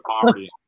poverty